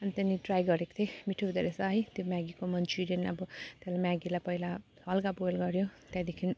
अनि त्यहाँ पनि ट्राई गरेको थिएँ मिठो हुँदो रहेछ है त्यो म्यागीको मनचुरियन अब त्यसलाई म्यागीलाई पहिला हल्का बोइल गऱ्यो त्यहाँदेखि